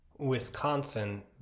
wisconsin